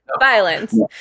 violence